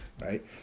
right